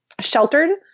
sheltered